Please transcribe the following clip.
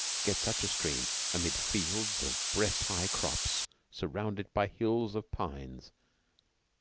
get such a stream amid fields of breast-high crops surrounded by hills of pines,